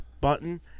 button